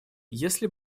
если